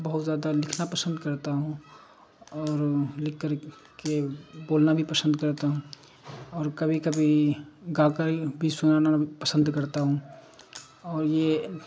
بہت زیادہ لکھنا پسند کرتا ہوں اور لکھ کر کے بولنا بھی پسند کرتا ہوں اور کبھی کبھی گا کر بھی سنانا پسند کرتا ہوں اور یہ